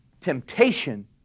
temptation